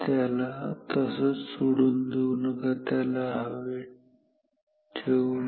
याला तसंच सोडून देऊ नका त्याला हवेत ठेवू नका